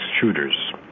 shooters